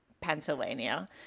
Pennsylvania